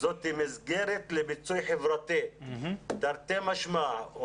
זו מסגרת למיצוי חברתי, תרתי משמע.